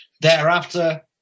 Thereafter